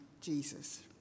Jesus